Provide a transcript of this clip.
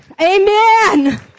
Amen